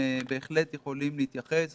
בהחלט יכולים להתייחס ולהציע,